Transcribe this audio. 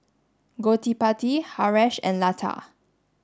Gottipati Haresh and Lata